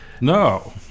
No